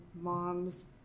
mom's